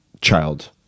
child